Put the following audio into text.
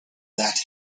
that